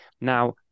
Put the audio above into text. Now